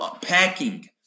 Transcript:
packing